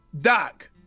doc